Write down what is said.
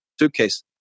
suitcase